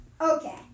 Okay